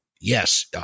yes